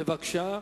בבקשה,